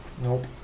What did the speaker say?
Nope